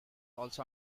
also